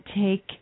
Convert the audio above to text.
take